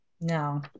no